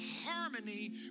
harmony